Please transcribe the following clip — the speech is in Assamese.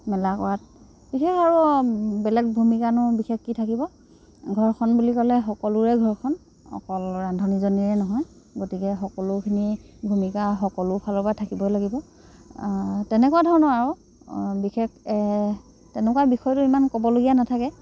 মেলা কৰাত বিশেষ আৰু বেলেগ ভূমিকানো বিশেষ কি থাকিব ঘৰখন বুলি ক'লে সকলোৰে ঘৰখন অকল ৰান্ধনীজনীৰে নহয় গতিকে সকলোখিনি ভূমিকা সকলো ফালৰ পৰা থাকিব লাগিব তেনেকুৱা ধৰণৰ আৰু বিশেষ তেনেকুৱা বিষয় লৈ ইমান ক'বলগীয়া নাথাকে